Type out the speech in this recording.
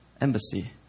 Embassy